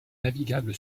navigable